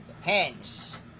Hence